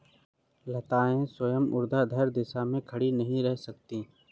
लताएं स्वयं ऊर्ध्वाधर दिशा में खड़ी नहीं रह सकती